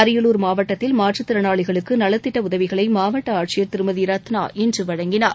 அரியலூர் மாவட்டத்தில் மாற்றுத்திறனாளிகளுக்கு நலத்திட்ட உதவிகளை மாவட்ட ஆட்சியர் திருமதி ரத்னா இன்று வழங்கினார்